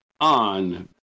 on